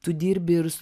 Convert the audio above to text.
tu dirbi ir s